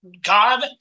God